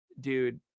dude